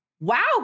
wow